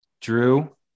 Drew